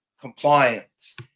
compliance